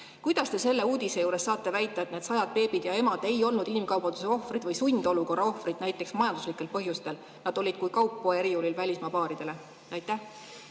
Kuidas te selle uudise juures saate väita, et need sajad beebid ja emad ei olnud inimkaubanduse ohvrid või sundolukorra ohvrid näiteks majanduslikel põhjustel? Nad olid kui kaup riiulil välismaa paaridele. Aitäh,